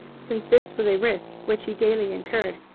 since this was a risk which he daily incurred.